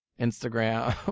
Instagram